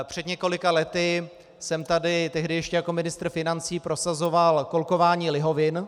Před několika lety jsem tady, tehdy ještě jako ministr financí, prosazoval kolkování lihovin.